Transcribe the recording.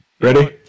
Ready